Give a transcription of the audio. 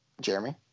Jeremy